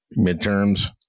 midterms